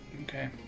Okay